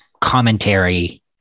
commentary